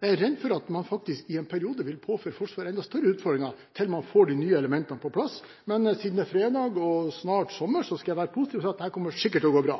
er jeg redd for at man faktisk i en periode vil påføre Forsvaret enda større utfordringer fram til man får de nye elementene på plass. Men siden det er fredag og snart sommer, skal jeg være positiv og si at dette kommer sikkert til å gå bra.